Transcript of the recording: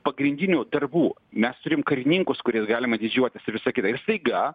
pagrindinių darbų mes turim karininkus kuriais galima didžiuotis ir visa kita ir staiga